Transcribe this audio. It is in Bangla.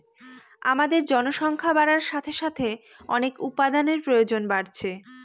আমাদের জনসংখ্যা বাড়ার সাথে সাথে অনেক উপাদানের প্রয়োজন বাড়ছে